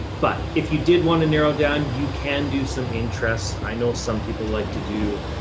but if you did want to narrow down, you can do some interests. i know some people like to do,